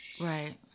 Right